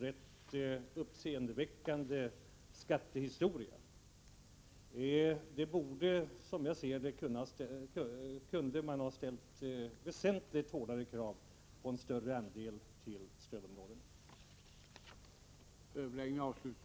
Är finansministern beredd att i överensstämmelse med ovanstående önskemål lämna riksdagen förslag om ändring av de statliga regler som i dag hindrar en kommunal avgiftsoch skattepolitik att kompensera kommunen för effekterna av den statliga utgiftsåtstramningen?